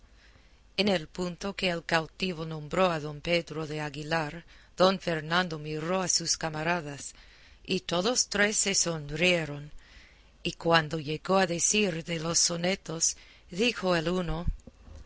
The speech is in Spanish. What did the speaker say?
en el punto que el cautivo nombró a don pedro de aguilar don fernando miró a sus camaradas y todos tres se sonrieron y cuando llegó a decir de los sonetos dijo el uno